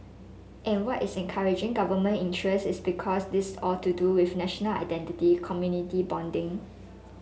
and what is encouraging government interest is because this all to do with national identity community bonding